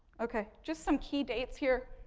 okay. just some key dates here.